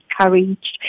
encouraged